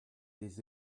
des